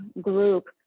group